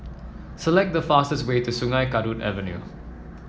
select the fastest way to Sungei Kadut Avenue